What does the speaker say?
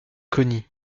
connie